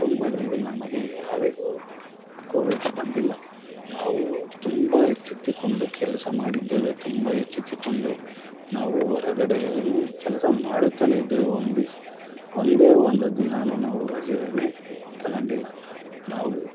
ಕುಟುಂಬದಲ್ಲಿ ನಮಗೆ ಯಾರಿಗೂ ಕೋವಿಡ್ ಬಂದಿಲ್ಲ ನಾವು ತುಂಬ ಎಚ್ಚೆತ್ತುಕೊಂಡು ಕೆಲಸ ಮಾಡಿದ್ದೇವೆ ತುಂಬ ಎಚ್ಚೆತ್ತುಕೊಂಡು ನಾವು ಹೊರಗಡೇಯು ಕೆಲಸ ಮಾಡುತ್ತಲೇ ಇದ್ದೆವು ಒಂದು ದಿನ ಒಂದೇ ಒಂದು ದಿನಾವು ನಾವು ರಜೆಯೇ ತೊಗೊಂಡಿಲ್ಲ ನಾವು